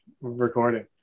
recording